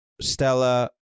Stella